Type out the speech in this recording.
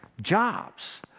jobs